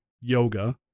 yoga